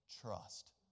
trust